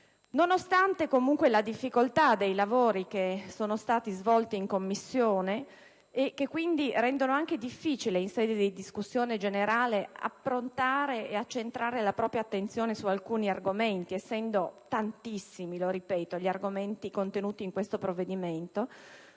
nonostante la difficoltà dei lavori che sono stati svolti in Commissione e che quindi rendono anche difficile in sede di discussione generale focalizzare la propria attenzione su alcuni argomenti, essendo tantissimi - lo ripeto - gli argomenti contenuti nel provvedimento,